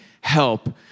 help